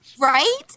Right